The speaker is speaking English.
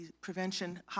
prevention